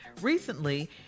Recently